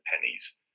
pennies